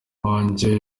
banjye